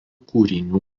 kūrinių